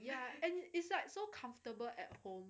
ya and it's like so comfortable at home